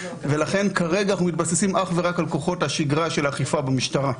ולכן כרגע אנחנו מתבססים אך ורק על כוחות השגרה של אכיפה במשטרה.